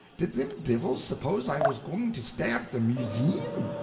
did thim divils suppose i was goin' to stairt a museim,